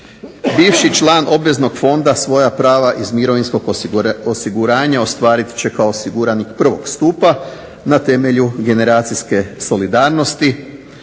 bivši član svoja prava iz mirovinskog osiguranja ostvarit će kao osiguranik 1. Stupa na temelju generacijske solidarnosti,